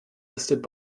listed